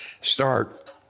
start